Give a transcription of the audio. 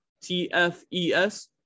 T-F-E-S